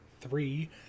three